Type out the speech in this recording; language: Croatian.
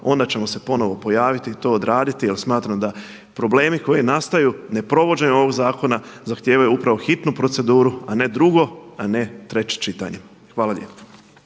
onda ćemo se ponovno pojaviti i to odraditi jer smatram da problemi koji nastaju neprovođenjem ovog zakona zahtijevaju upravo hitnu proceduru a ne drugo a ne treće čitanje. Hvala lijepo.